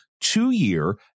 two-year